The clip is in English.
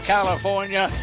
California